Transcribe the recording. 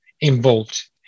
involved